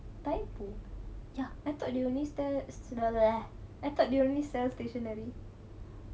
typo I thought they only sell I thought they only sell stationery